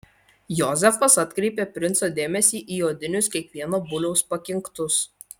jozefas atkreipė princo dėmesį į odinius kiekvieno buliaus pakinktus